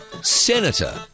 Senator